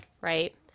right